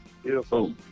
beautiful